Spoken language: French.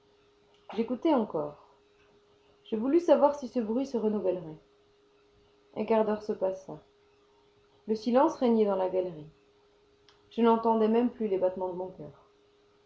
j'écoutai encore je voulus savoir si ce bruit se renouvellerait un quart d'heure se passa le silence régnait dans la galerie je n'entendais même plus les battements de mon coeur